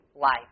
life